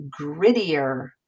grittier